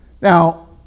Now